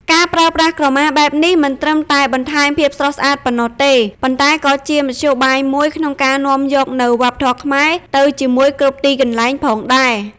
ការប្រើប្រាស់ក្រមាបែបនេះ មិនត្រឹមតែបន្ថែមភាពស្រស់ស្អាតប៉ុណ្ណោះទេ ប៉ុន្តែក៏ជាមធ្យោបាយមួយក្នុងការនាំយកនូវវប្បធម៌ខ្មែរទៅជាមួយគ្រប់ទីកន្លែងផងដែរ។